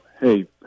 Hey